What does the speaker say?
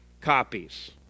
copies